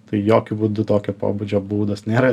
tai jokiu būdu tokio pobūdžio būdas nėra